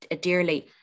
dearly